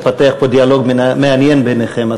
התפתח פה דיאלוג מעניין ביניכם.